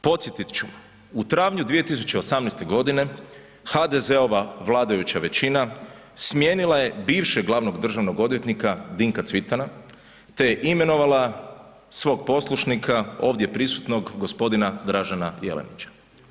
Podsjetit ću, u travnju 2018. godine HDZ-ova vladajuća većina smijenila je bivšeg glavnog državnog odvjetnika Dinka Cvitana te je imenovala svog poslušnika ovdje prisutnog gospodina Dražena Jelenića.